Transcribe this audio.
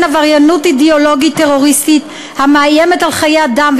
עבריינות אידיאולוגית טרוריסטית המאיימת על חיי אדם,